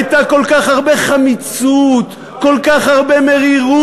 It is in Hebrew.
הייתה כל כך הרבה חמיצות, כל כך הרבה מרירות.